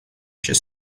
she